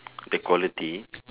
the quality